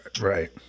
right